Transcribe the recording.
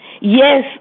yes